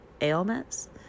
ailments